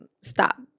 Stop